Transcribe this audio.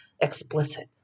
explicit